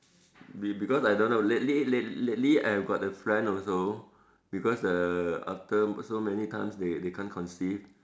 be~ because I don't know lately lately I got a friend also because the after so many times they can't conceive